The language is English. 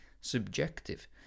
subjective